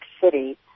City